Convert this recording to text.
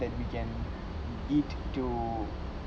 that we can eat to